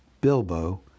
Bilbo